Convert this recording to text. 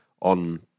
on